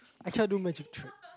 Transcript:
I cannot do magic trick